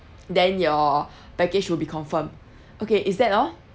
then your package will be confirmed okay is that all